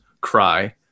cry